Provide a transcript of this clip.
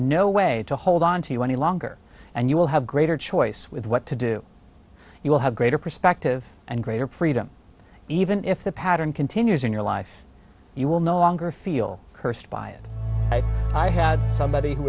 no way to hold on to you any longer and you will have greater choice with what to do you will have greater perspective and greater freedom even if the pattern continues in your life you will no longer feel cursed by it i had somebody who